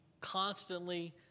constantly